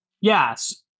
Yes